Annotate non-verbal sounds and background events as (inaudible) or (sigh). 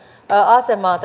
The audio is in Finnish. asemaa (unintelligible)